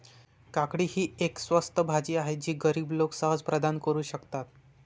काकडी ही एक स्वस्त भाजी आहे जी गरीब लोक सहज प्रदान करू शकतात